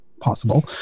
possible